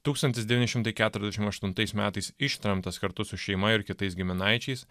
tūkstantis devyni šimtai keturiasdešimt aštuntais metais ištremtas kartu su šeima ir kitais giminaičiais